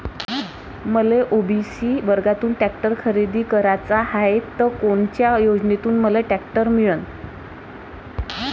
मले ओ.बी.सी वर्गातून टॅक्टर खरेदी कराचा हाये त कोनच्या योजनेतून मले टॅक्टर मिळन?